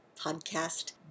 podcast